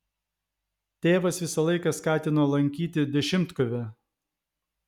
tėvas visą laiką skatino lankyti dešimtkovę